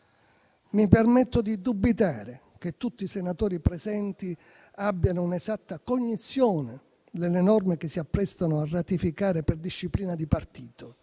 Mi permetto di dubitare che tutti i senatori presenti abbiano un'esatta cognizione delle norme che si apprestano a ratificare per disciplina di partito.